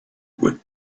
when